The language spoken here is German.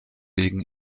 wegen